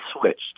switched